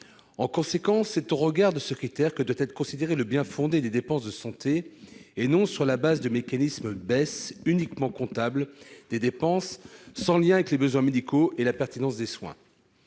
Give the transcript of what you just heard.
En conséquence, c'est au regard de ce critère que doit être apprécié le bien-fondé des dépenses de santé, et non sur la base de mécanismes de baisse uniquement comptables des dépenses, sans lien avec les besoins médicaux et la pertinence de soins.